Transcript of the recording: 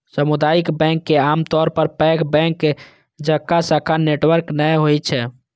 सामुदायिक बैंक के आमतौर पर पैघ बैंक जकां शाखा नेटवर्क नै होइ छै